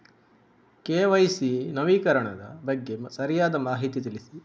KYC ನವೀಕರಣದ ಬಗ್ಗೆ ಸರಿಯಾದ ಮಾಹಿತಿ ತಿಳಿಸಿ?